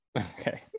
Okay